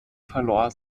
verlor